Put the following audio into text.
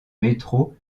métro